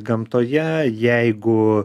gamtoje jeigu